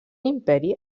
imperi